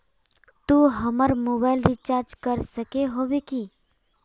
तू हमर mobile recharge कर सके होबे की?